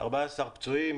14 פצועים,